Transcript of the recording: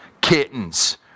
kittens